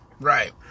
right